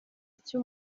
icyo